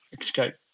escape